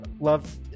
love